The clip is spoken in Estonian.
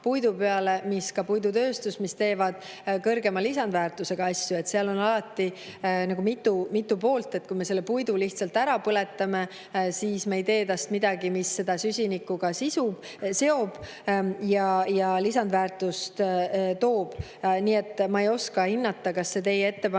puidu peale mis puidutööstus, kus tehakse kõrgema lisandväärtusega asju. Seal on alati mitu poolt. Kui me puidu lihtsalt ära põletame, siis me ei tee sellest midagi, mis seda süsinikuga seob ja lisandväärtust toob. Nii et ma ei oska hinnata, kas see teie ettepanek